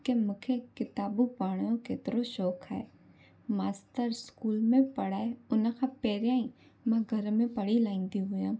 की मूंखे किताबूं पढ़ण जो केतिरो शौक़ु आहे मास्तर स्कूल में पढ़ाए उन खां पहिरियां ई मां घर में पढ़ी लाहींदी हुयमि